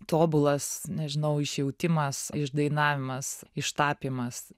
tobulas nežinau išjautimas išdainavimas ištapymas